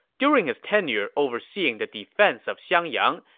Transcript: during his tenure overseeing the defense of xiangyang,